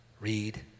Read